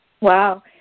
Wow